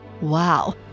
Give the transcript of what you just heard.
Wow